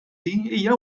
hija